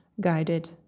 guided